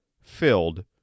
filled